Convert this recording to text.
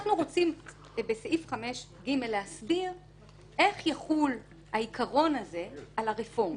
אנחנו רוצים בסעיף 5(ג) להסביר איך יחול העיקרון הזה על הרפורמה.